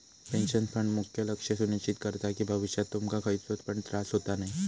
pension fund मुख्य लक्ष सुनिश्चित करता कि भविष्यात तुमका खयचो पण त्रास होता नये